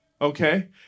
okay